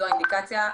זו האינדיקציה.